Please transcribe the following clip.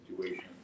situation